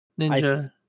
Ninja